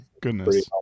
goodness